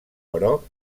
però